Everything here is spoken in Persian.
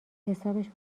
حسابش